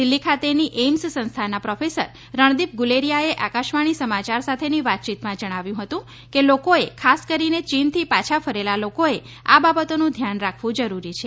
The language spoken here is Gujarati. દિલ્હી ખાતેની એઇમ્સ સંસ્થાના પ્રોફેસર રણદિપ ગુલેરીયાએ આકાશવાણી સમાચાર સાથેની વાતચીતમાં જણાવ્યું હતુ કે લોકોએ ખાસ કરીને ચીનથી પાછા ફરેલા લોકોએ આ બાબતોનું ધ્યાન રાખવું જરૂરી છે